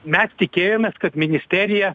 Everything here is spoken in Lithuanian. mes tikėjomės kad ministerija